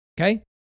okay